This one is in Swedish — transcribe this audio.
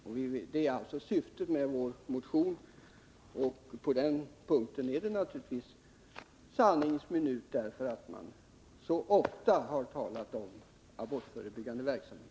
Och det är också syftet med vår motion, och på den punkten är det naturligtvis en sanningens minut, därför att vi så ofta har talat om abortförebyggande verksamhet.